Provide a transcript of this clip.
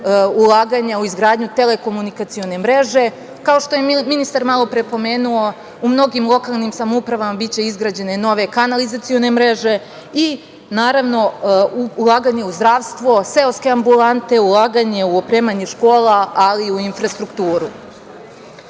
ulaganja u izgradnju telekomunikacione mreže. Kao što je ministar malopre pomenuo, u mnogim lokalnim samoupravama biće izgrađene nove kanalizacione mreže i naravno ulaganje u zdravstvo, seoske ambulante, ulaganje u opremanje škola, ali i u infrastrukturu.S